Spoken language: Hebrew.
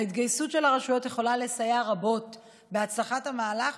ההתגייסות של הרשויות יכולה לסייע רבות בהצלחת המהלך,